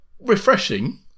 Refreshing